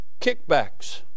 kickbacks